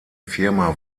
firma